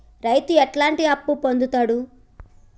రైతు ఎట్లాంటి అప్పు పొందుతడు?